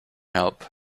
help